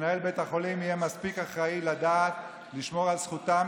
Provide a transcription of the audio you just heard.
מנהל בית החולים יהיה מספיק אחראי לדעת לשמור על זכותם,